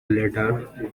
ladder